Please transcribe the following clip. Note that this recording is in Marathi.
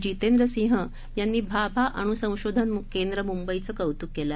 जितेंद्र सिंह यांनी भाभा अणू संशोधन केंद्र मुंबईचे कौतूक केले